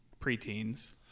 preteens